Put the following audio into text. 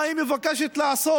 מה היא מבקשת לעשות.